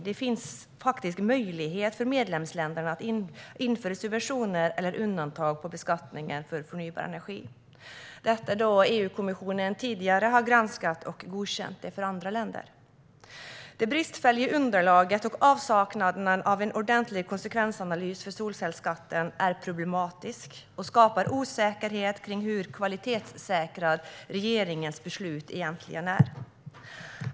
Det finns faktiskt möjlighet för medlemsländerna att införa subventioner eller undantag från beskattningen på förnybar energi. EU-kommissionen har nämligen tidigare granskat och godkänt det för andra länder. Det bristfälliga underlaget och avsaknaden av en ordentlig konsekvensanalys för solcellsskatten är problematiska och skapar osäkerhet kring hur kvalitetssäkrade regeringens beslut egentligen är.